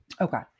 Okay